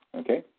Okay